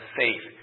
faith